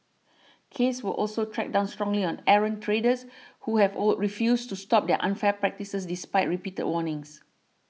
case will also crack down strongly on errant traders who have refused to stop their unfair practices despite repeated warnings